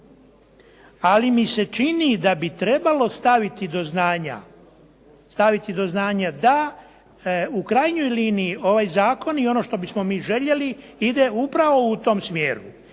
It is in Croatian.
Ali mi se čini da se treba staviti do znanja da u krajnjoj liniji ovaj zakon i ono što bismo mi željeli ide upravo u tom smjeru.